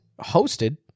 hosted